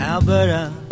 Alberta